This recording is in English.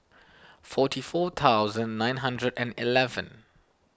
forty four thousand nine hundred and eleven